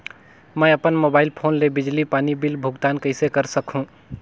मैं अपन mobile phone ले बिजली पानी बिल भुगतान कइसे कर सकहुं?